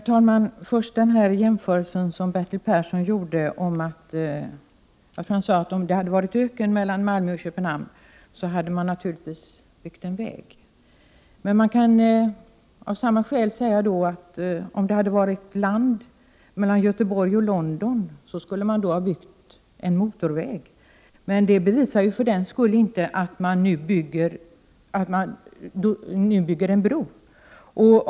Herr talman! Bertil Persson gjorde en jämförelse och sade att om det hade varit öken mellan Malmö och Köpenhamn, så hade man naturligtvis byggt en väg. Man kan av samma skäl säga att om det hade varit land mellan Göteborg och London, så skulle man ha byggt en motorväg. Det bevisar för den skull inte att man nu måste bygga en bro.